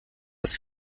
das